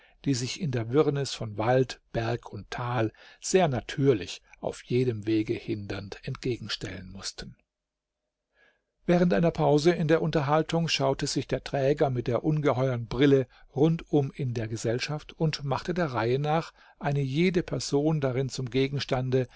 die sich in der wirrnis von wald berg und tal sehr natürlich auf jedem wege hindernd entgegenstellen mußten während einer pause in der unterhaltung schaute sich der träger der ungeheuern brille rundum in der gesellschaft und machte der reihe nach eine jede person darin zum gegenstande